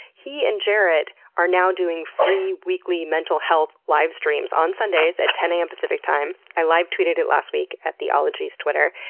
he and jarrett are now doing free weekly mental health live streams on sundays at ten am pacific time. i live tweeted it last week at the ologies twitter,